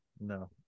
no